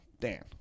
Dan